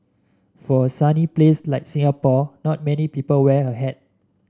for a sunny place like Singapore not many people wear a hat